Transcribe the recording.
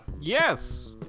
Yes